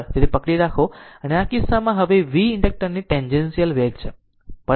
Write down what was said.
તેથી ફક્ત પકડી રાખો તેથી આ કિસ્સામાં હવે વી કંડક્ટરની ટેન્ગેશીયલ વેગ છે બરાબર